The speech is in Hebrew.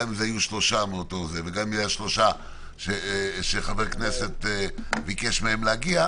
גם אם הם שלושה מאותו ארגון או שלושה שחבר כנסת ביקש מהם להגיע,